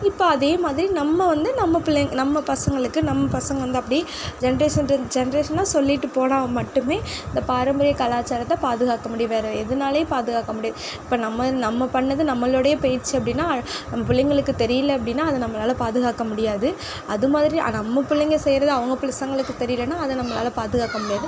இப்ப அதேமாதிரி நம்ம வந்து நம்ப பிள்ளைங்க நம்ப பசங்களுக்கு நம்ப பசங்க வந்து அப்டி ஜென்ரேஷன் ஜென்ரேஷனாக சொல்லிட்டு போனால் மட்டுமே இந்த பாரம்பரிய கலாச்சாரத்தை பாதுகாக்க முடியும் வேற எதுனாலையும் பாதுகாக்க முடியாது இப்போ நம்ப நம்ம பண்ணது நம்மளோடயே போயிடுச்சி அப்படினா நம்ம பிள்ளைங்களுக்கு தெரியலை அப்படினா அதை நம்மளால பாதுகாக்க முடியாது அதுமாதிரி நம்ம பிள்ளைங்க செய்யுறது அவங்க பசங்களுக்கு தெரியலன அதை நம்மளால பாதுக்காக்க முடியாது